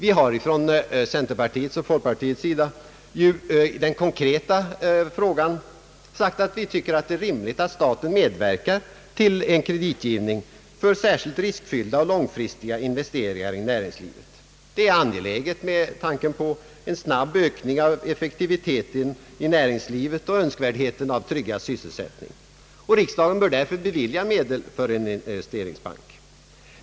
I den konkreta frågan har vi från folkpartiet och centerpartiet sagt att vi tycker att det är rimligt att staten medverkar till en kreditgivning för särskilt riskfyllda och långfristiga investeringar i näringslivet. Det är angeläget med tanke på en snabb ökning av effektiviteten i näringslivet och önskvärdheten av tryggad sysselsättning. Riksdagen bör därför bevilja medel för en investeringsbank.